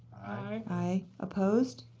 ah aye. opposed?